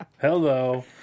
Hello